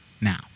now